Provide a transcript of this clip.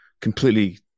completely